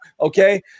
okay